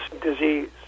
disease